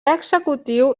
executiu